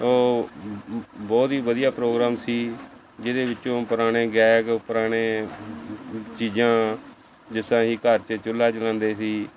ਉਹ ਬਹੁਤ ਹੀ ਵਧੀਆ ਪ੍ਰੋਗਰਾਮ ਸੀ ਜਿਹਦੇ ਵਿੱਚੋਂ ਪੁਰਾਣੇ ਗਾਇਕ ਪੁਰਾਣੇ ਚੀਜ਼ਾਂ ਜਿਸ ਤਰ੍ਹਾਂ ਅਸੀਂ ਘਰ 'ਚ ਚੁੱਲ੍ਹਾ ਜਲਾਉਂਦੇ ਸੀ